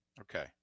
Okay